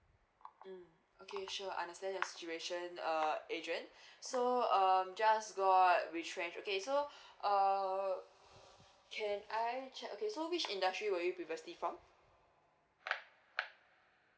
mm okay sure understand your situation uh adrian so um just got retrenched okay so err can I check okay so which industry were you previously from